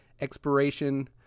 expiration